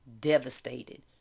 devastated